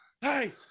Hey